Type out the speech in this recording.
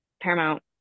Paramount